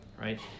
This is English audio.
right